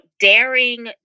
daring